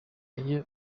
iyo